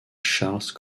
charles